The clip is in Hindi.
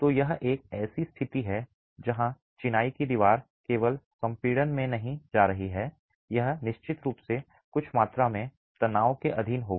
तो यह एक ऐसी स्थिति है जहां चिनाई की दीवार केवल संपीड़न में नहीं जा रही है यह निश्चित रूप से कुछ मात्रा में तनाव के अधीन होगा